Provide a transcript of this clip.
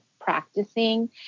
practicing